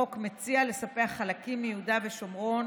החוק מציע לספח חלקים מיהודה ושומרון